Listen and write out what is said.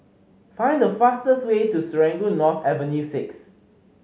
find the fastest way to Serangoon North Avenue Six